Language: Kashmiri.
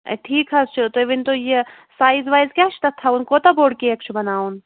اے ٹھیٖک حظ چھُ تُہۍ ؤنۍتَو یہِ سایِز وایِز کیٛاہ چھُ تَتھ تھاوُن کوتاہ بوٚڈ کیک چھُ بَناوُن